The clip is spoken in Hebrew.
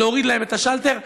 להוריד להם את השלטר.